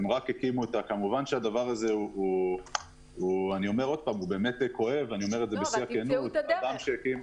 כמובן שהדבר הזה הוא כואב --- אבל תמצאו את הדרך.